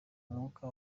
mwuka